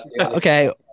Okay